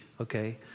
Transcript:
okay